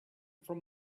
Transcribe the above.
from